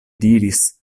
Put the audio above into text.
diris